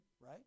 right